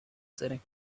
setting